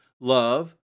love